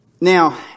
Now